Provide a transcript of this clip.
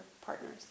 partners